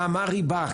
נעמה ריבה,